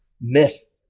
myth